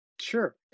Sure